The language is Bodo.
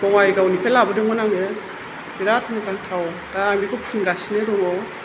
बङाइगाव निफ्राय लाबोदोंमोन आङो बिराथ मोजां थाव दा आं बिखौ फुनगासिनो दङ